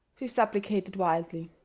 she supplicated wildly.